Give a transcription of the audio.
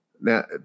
Now